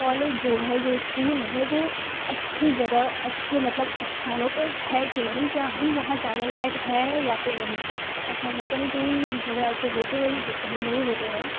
college जो है जो इस्कूल है वह अच्छी जगह अच्छे मतलब स्थानों पर हैं कि नहीं क्या हम वहाँ जाने लायक है या फ़िर नहीं ऐसा नहीं कहीं कहीं जगह ऐसे होते हैं जो सही नहीं होते हैं